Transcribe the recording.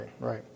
right